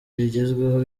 bigezweho